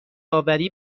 آوری